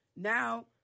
Now